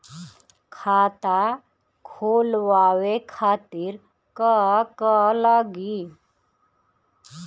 खाता खोलवाए खातिर का का लागी?